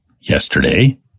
yesterday